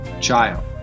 child